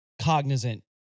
cognizant